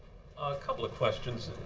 couple of questions.